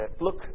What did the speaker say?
Look